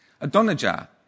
Adonijah